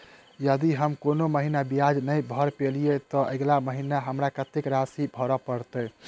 यदि हम कोनो महीना ब्याज नहि भर पेलीअइ, तऽ अगिला महीना हमरा कत्तेक राशि भर पड़तय?